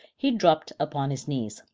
he dropped upon his knees,